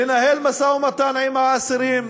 לנהל משא-ומתן עם האסירים,